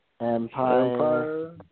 Empire